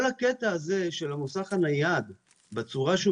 כל הקטע הזה של המוסך הנייד בצורה שהוא